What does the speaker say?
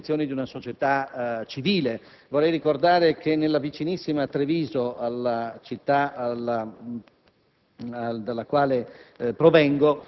nelle condizioni proprie di una società civile. Vorrei ricordare che alla vicinissima Treviso, città